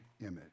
image